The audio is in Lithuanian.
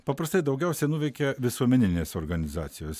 paprastai daugiausiai nuveikia visuomeninės organizacijos